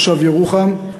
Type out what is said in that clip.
תושב ירוחם,